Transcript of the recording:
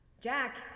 Jack